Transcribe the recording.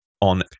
On